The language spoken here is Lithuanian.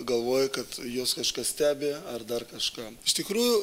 galvoja kad juos kažkas stebi ar dar kažką iš tikrųjų